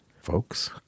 folks